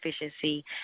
efficiency